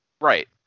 Right